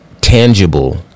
tangible